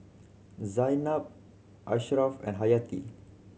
Zaynab Ashraf and Hayati